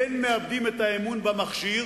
אין מאבדים את האמון במכשיר